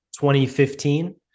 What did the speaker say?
2015